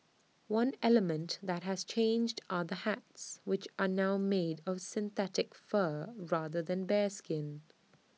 one element that has changed are the hats which are now made of synthetic fur rather than bearskin